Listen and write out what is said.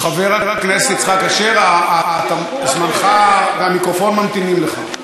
חבר הכנסת יעקב אשר, זמנך והמיקרופון ממתינים לך.